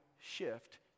shift